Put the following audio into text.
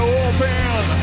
open